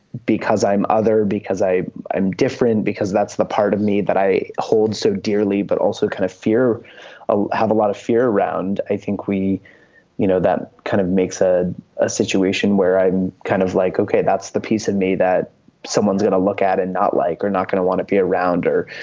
because i'm other. because i i'm different. because that's the part of me that i hold so dearly. but also kind of fear ah have a lot of fear around. around. i think we you know, that kind of makes ah a situation where i'm kind of like, ok, that's the piece of me that someone's going to look at and not like or not going to want to be around or,